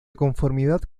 conformidad